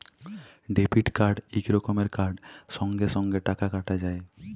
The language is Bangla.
ডেবিট কার্ড ইক রকমের কার্ড সঙ্গে সঙ্গে টাকা কাটা যায়